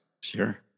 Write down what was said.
Sure